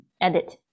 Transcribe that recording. edit